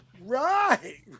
Right